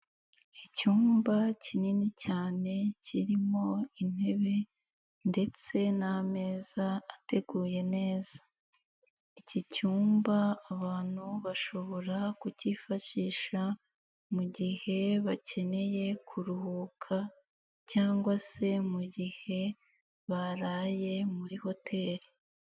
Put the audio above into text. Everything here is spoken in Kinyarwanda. Icyumba kinini cyane kirimo intebe ndetse n'ameza ateguye neza, iki cyumba abantu bashobora kukifashisha mu gihe bakeneye kuruhuka cyangwa se mu gihe baraye muri hoteli.